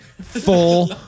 full